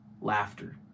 laughter